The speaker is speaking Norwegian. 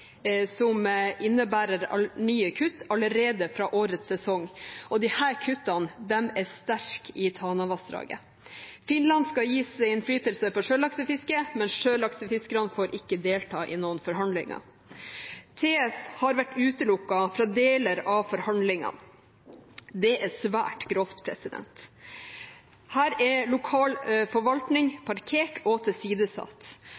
innebærer nye kutt allerede fra årets sesong, og disse kuttene er sterke i Tanavassdraget. Finland skal gis innflytelse på sjølaksefisket, men sjølaksefiskerne får ikke delta i noen forhandlinger. TF har vært utelukket fra deler av forhandlingene. Det er svært grovt. Her er lokal